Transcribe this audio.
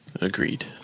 Agreed